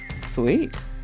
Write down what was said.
sweet